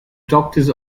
doctors